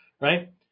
right